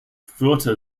führte